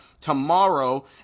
tomorrow